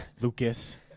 Lucas